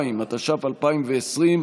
2),